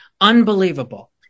unbelievable